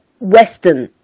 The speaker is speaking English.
Western